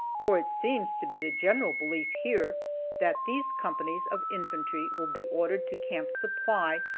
for it seems to be the general belief here that these companies of infantry will be ordered to camp supply,